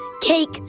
cake